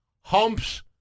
humps